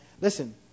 listen